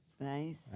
Nice